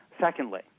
Secondly